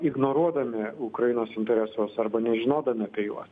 ignoruodami ukrainos interesus arba nežinodami apie juos